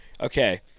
Okay